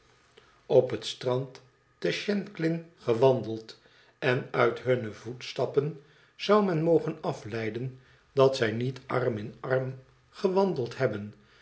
op het strand te shanklin gewandeld en uit hunne voestappen zou men mogen afleiden dat zij niet arm in arm gewandeld hebben